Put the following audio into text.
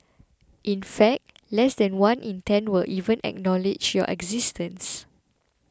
in fact less than one in ten will even acknowledge your existence